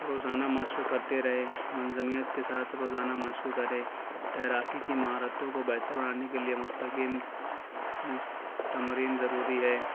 روزانہ مشق کرتے رہیں منجمعیت کے ساتھ روزانہ مشق کرے تیراکی کی مہارتوں کو بہتر بنانے کے لیے مستقیم تمرین ضروری ہے